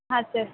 ಹಾಂ ಸರ್